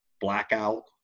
blackout